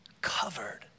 covered